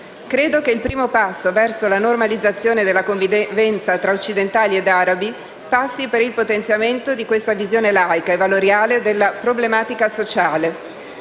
Credo che il primo passo verso la normalizzazione della convivenza tra occidentali ed arabi passi per il potenziamento di questa visione laica e valoriale della problematica sociale.